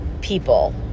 people